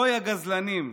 הוי, הגזלנים,